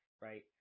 right